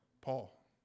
Paul